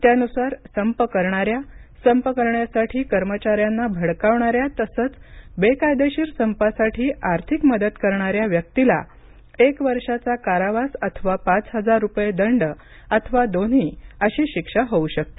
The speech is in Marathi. त्यानुसार संप करणाऱ्या संप करण्यासाठी कर्मचाऱ्यांना भडकवणाऱ्या तसंच बेकायदेशीर संपासाठी आर्थिक मदत करणाऱ्या व्यक्तीला एक वर्षाचा कारावास अथवा पाच हजार रुपये दंड अथवा दोन्ही अशी शिक्षा होऊ शकते